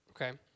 Okay